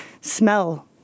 smell